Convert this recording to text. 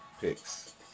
picks